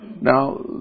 Now